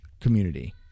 community